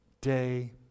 Day